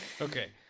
Okay